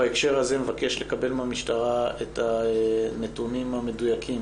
בהקשר הזה מבקש לקבל מהמשטרה את הנתונים המדויקים